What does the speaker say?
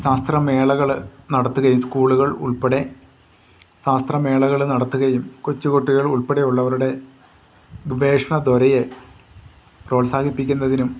ശാസ്ത്രമേളകൾ നടത്തുകയും സ്കൂളുകൾ ഉൾപ്പെടെ ശാസ്ത്രമേളകൾ നടത്തുകയും കൊച്ചുകുട്ടികൾ ഉൾപ്പെടെ ഉള്ളവരുടെ വീക്ഷണ ത്വരയെ പ്രോത്സാഹിപ്പിക്കുന്നതിനും